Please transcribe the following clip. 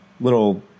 little